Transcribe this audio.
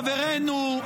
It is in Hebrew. חברנו,